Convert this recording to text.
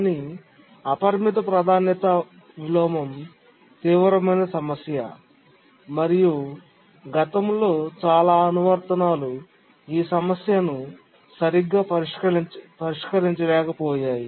కానీ అపరిమిత ప్రాధాన్యత విలోమం తీవ్రమైన సమస్య మరియు గతంలో చాలా అనువర్తనాలు ఈ సమస్యను సరిగ్గా పరిష్కరించలేకపోయాయి